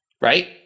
right